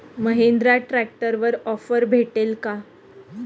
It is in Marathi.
महिंद्रा ट्रॅक्टरवर ऑफर भेटेल का?